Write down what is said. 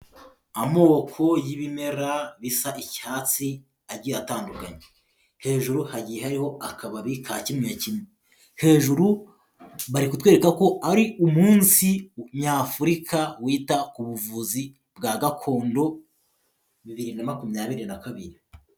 Amoko y'ibimera bisa icyatsi agiye atandukanye, hejuru hagiye hariho akababi ka kimwe kimwe, hejuru bari kutwereka ko ari umunsi Nyafurika wita ku buvuzi bwa gakondo, bibiri na makumyabiri na kabiri.